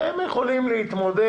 והם יכולים להתמודד,